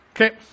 Okay